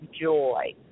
joy